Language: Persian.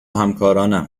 همکارانم